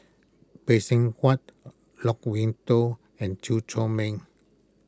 Phay Seng Whatt Loke Wan Tho and Chew Chor Meng